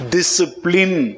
Discipline